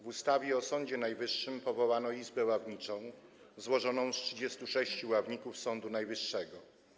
W ustawie o Sądzie Najwyższym powołano izbę ławniczą złożoną z 36 ławników Sądu Najwyższego.